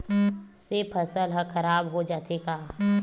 से फसल ह खराब हो जाथे का?